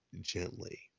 gently